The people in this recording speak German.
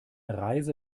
reise